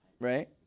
right